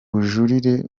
bujurire